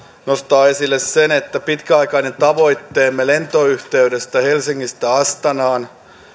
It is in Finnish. nostaa esille sen että pitkäaikainen tavoitteemme lentoyhteydestä helsingistä astanaan